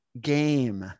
game